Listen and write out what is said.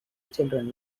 children